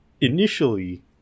initially